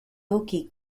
aoki